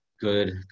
good